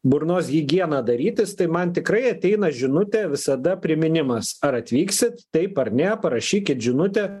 burnos higieną darytis tai man tikrai ateina žinutė visada priminimas ar atvyksit taip ar ne parašykit žinutę